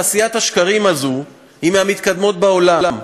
תעשיית השקרים הזו היא מהמתקדמות בעולם,